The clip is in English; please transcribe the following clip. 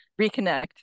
reconnect